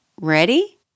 Ready